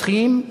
רוצחים,